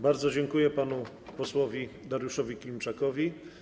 Bardzo dziękuję panu posłowi Dariuszowi Klimczakowi.